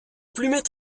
plumet